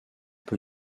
peu